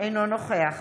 אינו נוכח